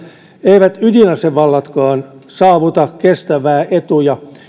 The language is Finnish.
eivät ydinasevallatkaan saavuta kestäviä etuja